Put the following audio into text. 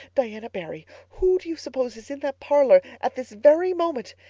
diana barry, who do you suppose is in that parlor at this very moment?